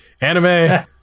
Anime